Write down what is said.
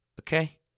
Okay